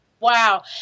Wow